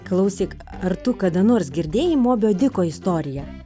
klausyk ar tu kada nors girdėjai mobio diko istoriją